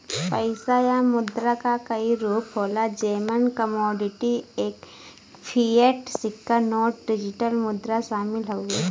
पइसा या मुद्रा क कई रूप होला जेमन कमोडिटी, फ़िएट, सिक्का नोट, डिजिटल मुद्रा शामिल हउवे